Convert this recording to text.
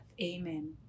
Amen